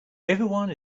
everyone